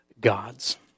gods